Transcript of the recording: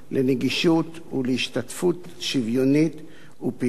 לנגישות ולהשתתפות שוויונית ופעילה